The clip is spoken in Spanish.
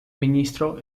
ministro